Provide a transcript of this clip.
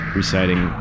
reciting